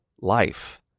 life